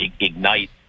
ignite